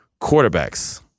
quarterbacks